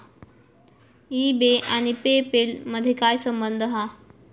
E बे आणि PayPal मधे काय संबंध हा?